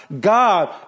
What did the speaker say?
God